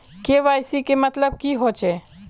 KYC मतलब की होचए?